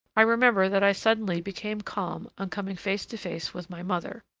i remember that i suddenly became calm on coming face to face with my mother,